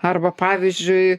arba pavyzdžiui